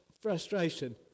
frustration